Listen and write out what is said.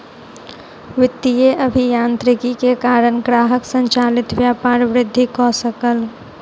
वित्तीय अभियांत्रिकी के कारण ग्राहक संचालित व्यापार वृद्धि कय सकल